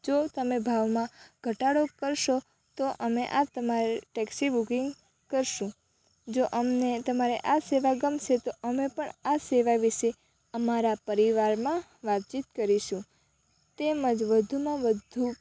જો તમે ભાવમાં ઘટાડો કરશો તો અમે આ તમારું ટેક્સી બુકિંગ કરીશું જો અમને તમારી આ સેવા ગમશે તો અમે પણ આ સેવા વિષે અમારા પરિવારમાં વાતચીત કરીશું તેમજ વધુમાં વધુ